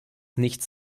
nichts